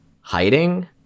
hiding